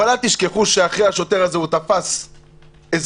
אבל אל תשכחו שאחרי השוטר הזה הוא תפס אזרח,